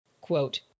quote